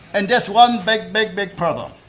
and there's one big, big, big problem.